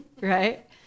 right